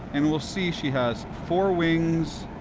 and we'll see she has four wings,